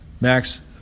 Max